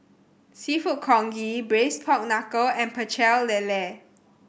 Seafood Congee Braised Pork Knuckle and Pecel Lele